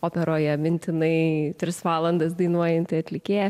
operoje mintinai tris valandas dainuojantį atlikėją